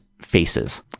faces